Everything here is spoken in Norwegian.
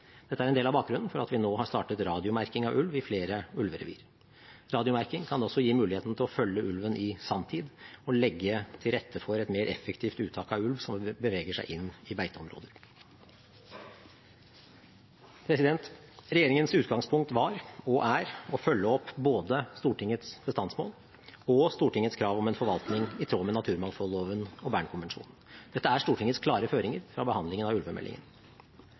Dette er en del av bakgrunnen for at vi nå har startet radiomerking av ulv i flere ulverevir. Radiomerking kan også gi muligheten til å følge ulven i sanntid og legge til rette for et mer effektivt uttak av ulv som beveger seg inn i beiteområder. Regjeringens utgangspunkt var og er å følge opp både Stortingets bestandsmål og Stortingets krav om en forvaltning i tråd med naturmangfoldloven og Bern-konvensjonen. Dette er Stortingets klare føringer fra behandlingen av ulvemeldingen.